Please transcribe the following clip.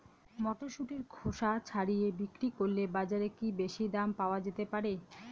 মটরশুটির খোসা ছাড়িয়ে বিক্রি করলে বাজারে কী বেশী দাম পাওয়া যেতে পারে?